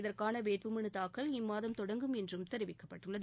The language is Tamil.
இதற்கான வேட்புமனு தாக்கல் இம்மாதம் தொடங்கும் என்றும் தெரிவிக்கப்பட்டுள்ளது